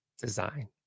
design